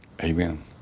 Amen